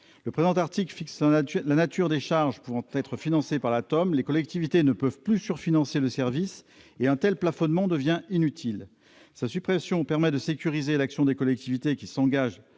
Le présent article fixant la nature des charges pouvant être financées par la TEOM, les collectivités ne peuvent plus surfinancer le service et un tel plafonnement devient inutile. Sa suppression permettra de sécuriser l'action des collectivités qui s'engagent